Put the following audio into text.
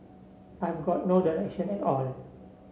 I've got no direction at all